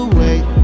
wait